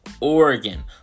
Oregon